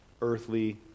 earthly